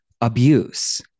abuse